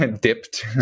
dipped